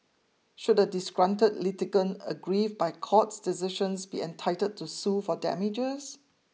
should a disgruntled litigant aggrieved by courts decisions be entitled to sue for damages